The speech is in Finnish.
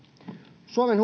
suomen